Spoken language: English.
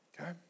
okay